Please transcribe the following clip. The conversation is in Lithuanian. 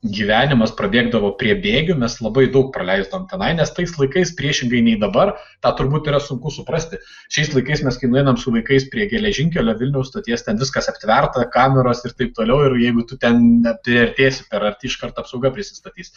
gyvenimas prabėgdavo prie bėgių mes labai daug praleisdavom tenai nes tais laikais priešingai nei dabar tą turbūt yra sunku suprasti šiais laikais mes kai nueinam su vaikais prie geležinkelio vilniaus stoties ten viskas aptverta kameros ir taip toliau ir jeigu tu ten priartėsi per arti iškart apsauga prisistatys